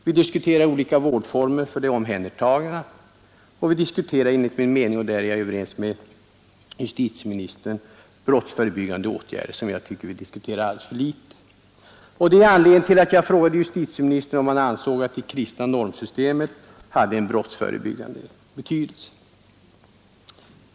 Vi diskuterar också olika vårdformer för de omhändertagna, och vi diskuterar — och där är jag överens med justitieministern — brottsförebyggande åtgärder, men jag tycker att vi diskuterar dem alldeles för litet. Detta är anledningen till att jag frågat justitieministern om han anser att det kristna normsystemet har en brottsförebyggande betydelse.